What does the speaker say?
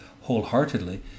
wholeheartedly